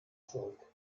zurück